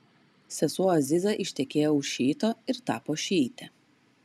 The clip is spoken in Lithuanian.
sesuo aziza ištekėjo už šiito ir tapo šiite